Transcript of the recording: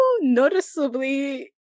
noticeably